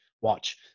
watch